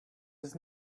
his